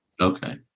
Okay